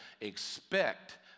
expect